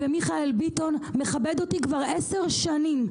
ומיכאל ביטון מכבד אותי כבר עשר שנים,